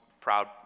proud